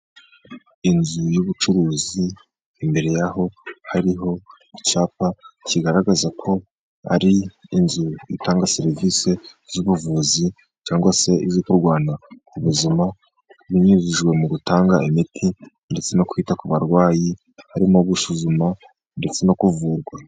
Inzu y'ubucuruzi imbere yaho hariho icyapa kigaragaza ko ari inzu itanga serivisi z'ubuvuzi cyangwa se izo kurwanya ku buzima, binyujijwe mu gutanga imiti ndetse no kwita ku barwayi harimo gusuzuma ndetse no kuvurwa.